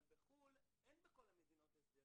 אבל בחו"ל אין בכל המדינות הסדר.